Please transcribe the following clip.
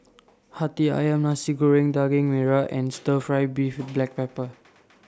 Hati Ayam Masi Goreng Daging Merah and Stir Fry Beef with Black Pepper